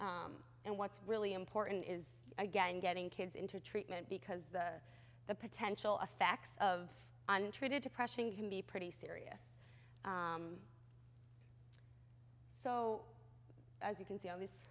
h and what's really important is again getting kids into treatment because the potential effects of untreated depression can be pretty serious so as you can see on these